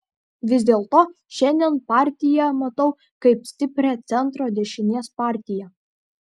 vis dėlto šiandien partiją matau kaip stiprią centro dešinės partiją